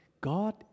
God